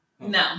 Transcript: No